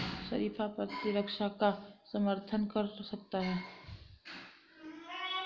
शरीफा प्रतिरक्षा का समर्थन कर सकता है